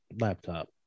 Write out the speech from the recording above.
laptop